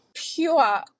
Pure